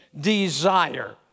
desire